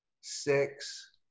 six